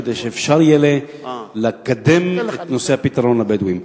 כדי שאפשר יהיה לקדם את נושא הפתרון לבדואים.